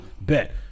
Bet